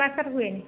ମାସରେ ହୁଏନି